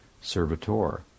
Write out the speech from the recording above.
servitor